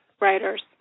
writers